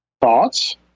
Thoughts